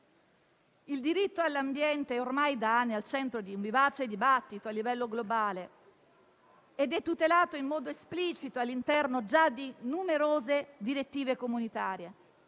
Il diritto all'ambiente è ormai da anni al centro di un vivace dibattito a livello globale ed è tutelato in modo esplicito già all'interno di numerose direttive comunitarie,